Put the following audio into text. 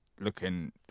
looking